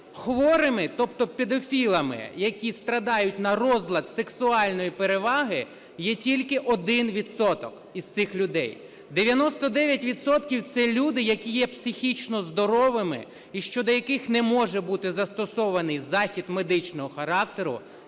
хворими, тобто педофілами, які страдають на розлад сексуальної переваги, є тільки 1 відсоток із цих людей. 99 відсотків – це люди, які є психічно здоровими і щодо яких не може бути застосований захід медичного характеру,